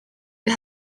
you